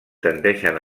tendeixen